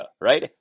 right